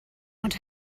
ond